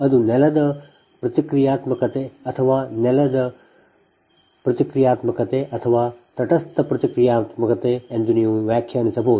ಅದು ನೆಲದ ಪ್ರತಿಕ್ರಿಯಾತ್ಮಕತೆ ಅಥವಾ ನೆಲದ ಪ್ರತಿಕ್ರಿಯಾತ್ಮಕತೆ ಅಥವಾ ತಟಸ್ಥ ಪ್ರತಿಕ್ರಿಯಾತ್ಮಕತೆ ಎಂದು ನೀವು ವ್ಯಾಖ್ಯಾನಿಸಬಹುದು